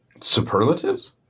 Superlatives